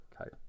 okay